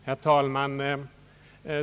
Herr talman!